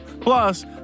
Plus